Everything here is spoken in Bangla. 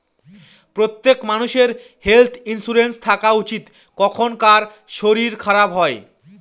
প্রত্যেক মানষের হেল্থ ইন্সুরেন্স থাকা উচিত, কখন কার শরীর খারাপ হয়